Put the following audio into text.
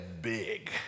big